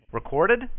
recorded